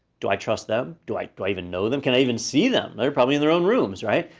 do i trust them, do i do i even know them? can i even see them? they're probably in their own rooms, right?